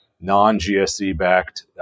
non-GSC-backed